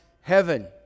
heaven